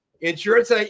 Insurance